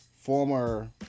former